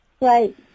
Right